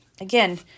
Again